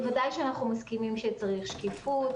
בוודאי שאנחנו מסכימים שצריך שקיפות.